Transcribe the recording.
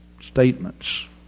statements